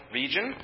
region